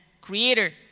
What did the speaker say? creator